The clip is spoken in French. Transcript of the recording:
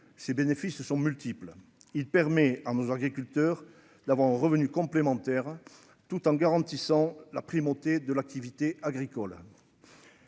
ces bénéfices sont multiples, il permet à nos agriculteurs d'avoir un revenu complémentaire tout en garantissant la primauté de l'activité agricole.